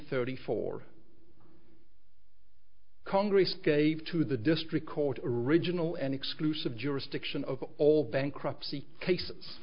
thirty four congress gave to the district court original and exclusive jurisdiction of all bankruptcy cases